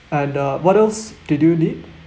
and uh what else did you need